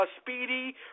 speedy